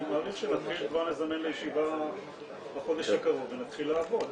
אני מעריך שנתחיל כבר לזמן לישיבה בחודש הקרוב ונתחיל לעבוד.